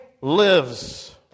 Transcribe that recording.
lives